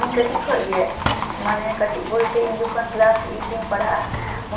ᱤᱧ ᱠᱟᱹᱴᱤᱪ ᱠᱷᱚᱡ ᱜᱮ ᱢᱟᱱᱮ ᱠᱟᱹᱴᱤᱪ ᱵᱚᱞᱛᱮ ᱤᱧ ᱡᱚᱠᱷᱚᱱ ᱠᱮᱞᱟᱥ ᱮᱭᱤᱴ ᱨᱮ ᱤᱧ ᱯᱟᱲᱦᱟᱜᱼᱟ